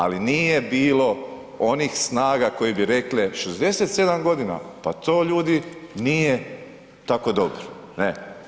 Ali nije bilo onih snaga koje bi rekle 67 g., pa to ljudi nije tako dobro, ne.